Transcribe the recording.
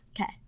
Okay